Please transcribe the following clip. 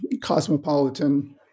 cosmopolitan